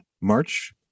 March